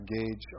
engage